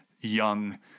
young